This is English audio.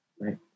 Right